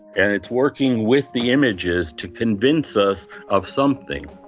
and it's working with the images to convince us of something